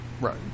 Right